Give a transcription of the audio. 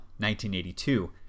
1982